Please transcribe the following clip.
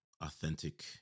authentic